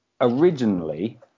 originally